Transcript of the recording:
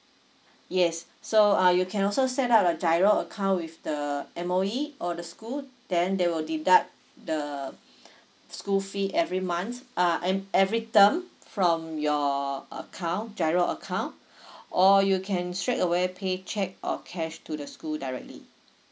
yes so uh you can also set up a giro account with the M_O_E or the school then they will deduct the school fee every month uh every every term from your account giro account or you can straight away pay cheque or cash to the school directly